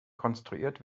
konstruiert